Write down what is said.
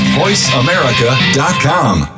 voiceamerica.com